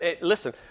Listen